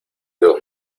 dos